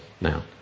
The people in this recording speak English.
now